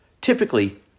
typically